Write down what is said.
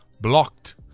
Blocked